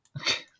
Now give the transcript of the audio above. Okay